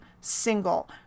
single